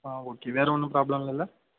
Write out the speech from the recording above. ஆ okay வேற ஒன்னும் problem இல்லைல்ல